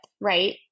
right